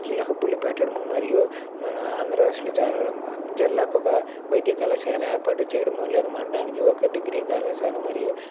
skill హబ్బులు పెట్టడము మరియు మన ఆంధ్ర రాష్ట్రంలో చాలా జిల్లాకి ఒక వైద్య కళాశాల ఏర్పాటు చేయడం లేదా మండలానికి ఒక డిగ్రీ కళాశాల మరియు